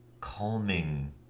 calming –